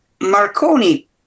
Marconi